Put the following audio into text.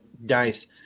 Nice